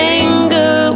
anger